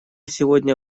сегодня